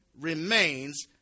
remains